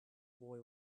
boy